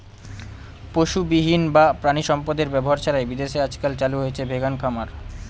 পশুবিহীন বা প্রানীসম্পদ এর ব্যবহার ছাড়াই বিদেশে আজকাল চালু হয়েছে ভেগান খামার